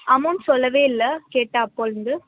amount சொல்லவே இல்லை கேட்டால் அப்போதுலருந்து